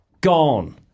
gone